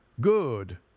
good